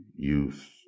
youth